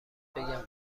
بگم